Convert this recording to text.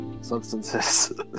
substances